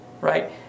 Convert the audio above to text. right